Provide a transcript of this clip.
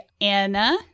Anna